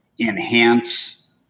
enhance